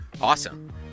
awesome